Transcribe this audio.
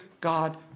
God